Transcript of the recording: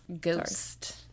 Ghost